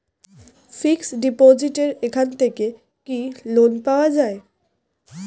Fix ডিপোজিটের এখান থেকে কি লোন পাওয়া যায়?